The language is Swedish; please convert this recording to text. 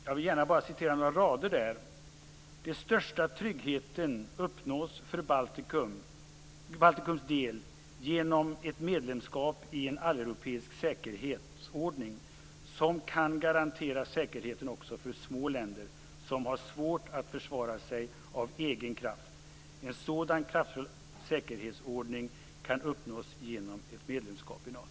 Jag vill gärna citera några rader: "Den största tryggheten uppnås för Baltikums del genom ett medlemskap i en alleuropeisk säkerhetsordning som kan garantera säkerheten också för små länder, som har svårt att försvara sig av egen kraft. En sådan kraftfull säkerhetsordning kan uppnås genom ett medlemskap i Nato."